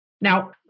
Now